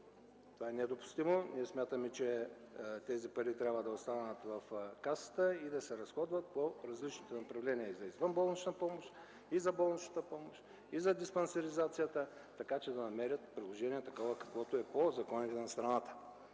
Това е недопустимо и ние смятаме, че тези пари трябва да останат в Касата и да се разходват по различните направления за извънболнична помощ, за болнична помощ, за диспансеризация, така че да намерят приложение такова, каквото е по законите на страната.